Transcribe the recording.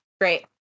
Great